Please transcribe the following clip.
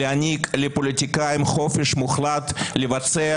להנהיג לפוליטיקאים חופש מוחלט לבצע